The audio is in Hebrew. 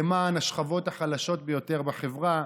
למען השכבות החלשות ביותר בחברה: